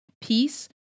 peace